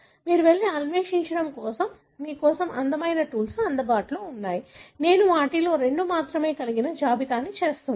మీరు వెళ్లి అన్వేషించడానికి మీ కోసం అందమైన టూల్స్ అందుబాటులో ఉన్నాయి నేను వాటిలో రెండు మాత్రమే కలిగిన జాబితాను చేస్తున్నాను